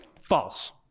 False